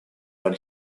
when